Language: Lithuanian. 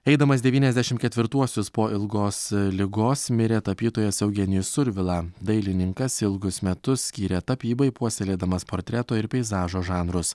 eidamas devyniasdešimt ketvirtuosius po ilgos ligos mirė tapytojas eugenijus survila dailininkas ilgus metus skyrė tapybai puoselėdamas portreto ir peizažo žanrus